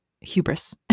hubris